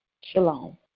Shalom